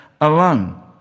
alone